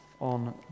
on